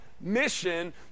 mission